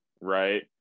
right